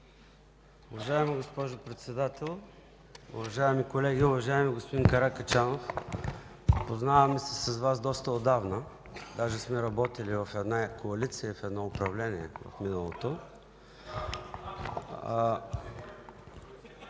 Уважаема госпожо Председател, уважаеми колеги! Уважаеми господин Каракачанов, познаваме се с Вас доста отдавна. Даже сме работили в една коалиция, в едно управление в миналото.